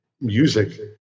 music